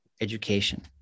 education